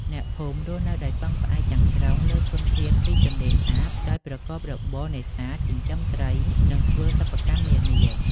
អ្នកភូមិរស់នៅដោយពឹងផ្អែកទាំងស្រុងលើធនធានពីទន្លេសាប ដោយប្រកបរបរនេសាទ ចិញ្ចឹមត្រី និងធ្វើសិប្បកម្មនានា។